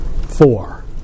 four